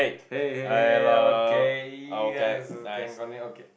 hey hey hey hey okay can continue okay